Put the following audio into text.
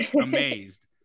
amazed